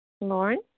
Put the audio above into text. Lauren